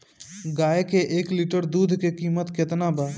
गाय के एक लिटर दूध के कीमत केतना बा?